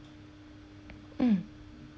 mm